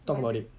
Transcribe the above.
talk about it